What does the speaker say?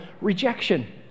rejection